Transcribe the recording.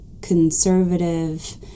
conservative